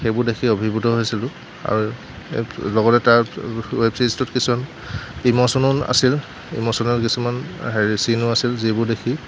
সেইবোৰ দেখি অভিভূত হৈছিলোঁ আৰু লগতে তাৰ ৱেব চিৰিজটোত কিছুমান ইমচনো আছিল ইমচনেল কিছুমান হেৰি চিনো আছিল যিবোৰ দেখি